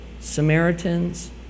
Samaritans